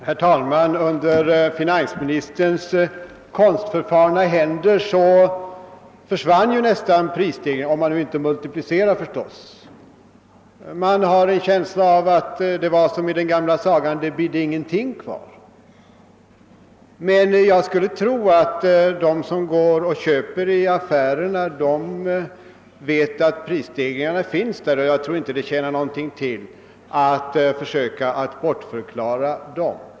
Herr talman! I finansministerns konstförfarna händer försvann nästan prisstegringen — om man nu inte multiplicerar förstås. Man har en känsla av att det blev som i den gamla sagan, »det bidde ingenting«. Men de som handlar i affärerna vet att prisstegringarna finns, och det tjänar ingenting till att försöka bortförklara dem.